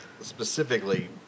specifically